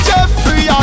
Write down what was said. Jeffrey